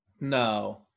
No